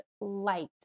light